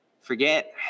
Forget